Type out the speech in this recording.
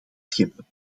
scheppen